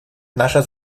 наша